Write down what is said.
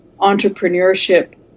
entrepreneurship